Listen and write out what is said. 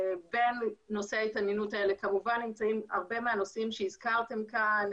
בין נושאי ההתעניינות האלה כמובן נמצאים הרבה מהנושאים שהזכרתם כאן,